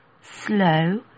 slow